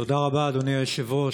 תודה רבה, אדוני היושב-ראש.